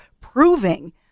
proving